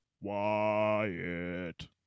Wyatt